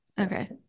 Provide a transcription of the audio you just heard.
Okay